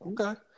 Okay